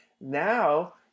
Now